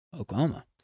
oklahoma